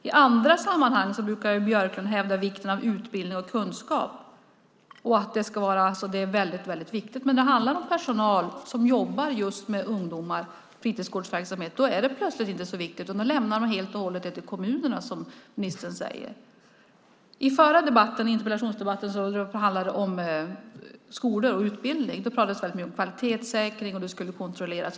I andra sammanhang brukar Björklund hävda vikten av utbildning och kunskap. Det är väldigt viktigt, men när det handlar om personal som jobbar med ungdomar och fritidsgårdsverksamhet är det plötsligt inte så viktigt. Det lämnar man helt och hållet till kommunerna, som ministern säger. I den förra interpellationsdebatten handlade det om skolor och utbildning. Då pratades det väldigt mycket om kvalitetssäkring och att det kontrolleras.